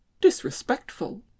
disrespectful